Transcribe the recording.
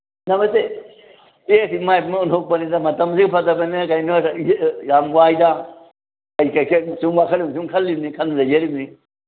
ꯅꯃꯁꯇꯦ ꯑꯦ ꯏꯃꯥꯏꯕꯦꯝꯃ ꯑꯣꯟꯊꯣꯛꯄꯅꯤꯗ ꯃꯇꯝꯁꯦ ꯐꯠꯇꯕꯅꯦ ꯀꯩꯅꯦ ꯌꯥꯝ ꯋꯥꯏꯗ ꯁꯨꯝ ꯋꯥꯈꯟ ꯑꯃ ꯁꯨꯝ ꯈꯜꯂꯤꯝꯅꯤ ꯈꯟ ꯂꯩꯖꯔꯤꯝꯅꯤ